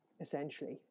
essentially